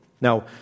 Now